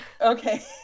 Okay